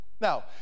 Now